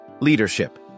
leadership